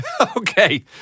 Okay